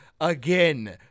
again